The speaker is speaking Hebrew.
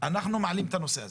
אנחנו מעלים את הנושא הזה.